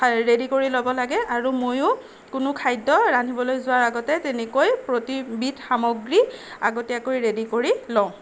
ready কৰি ল'ব লাগে আৰু ময়ো কোনো খাদ্য ৰান্ধিবলৈ যোৱাৰ আগতে তেনেকৈ প্ৰতিবিধ সামগ্ৰী আগতীয়াকৈ ৰেডি কৰি লওঁ